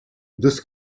this